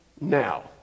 now